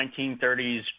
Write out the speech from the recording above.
1930s